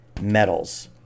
metals